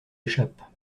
échappe